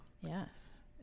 Yes